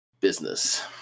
business